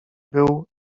był